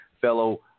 fellow